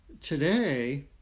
today